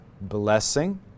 blessing